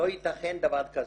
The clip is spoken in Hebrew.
לא יתכן דבר כזה.